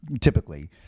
typically